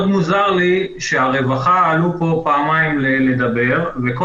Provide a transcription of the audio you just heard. מאוד מוזר לי שהרווחה עלו פה פעמיים לדבר וכל